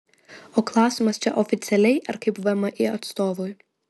o klausimas čia oficialiai ar kaip vmi atstovui